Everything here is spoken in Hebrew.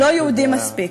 אנחנו לא יהודים מספיק.